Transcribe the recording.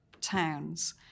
towns